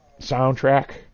soundtrack